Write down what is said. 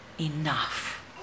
enough